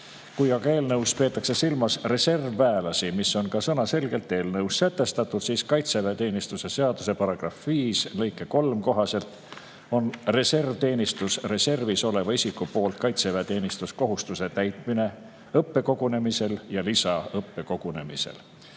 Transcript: Kui aga eelnõus peetakse silmas reservväelasi, mis on ka sõnaselgelt eelnõus sätestatud, siis [tasub märkida, et] kaitseväeteenistuse seaduse § 5 lõike 3 kohaselt on reservteenistus reservis oleva isiku poolt kaitseväeteenistuskohustuse täitmine õppekogunemisel ja lisaõppekogunemisel